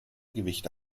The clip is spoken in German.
gewicht